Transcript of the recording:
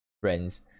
friends